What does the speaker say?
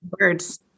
words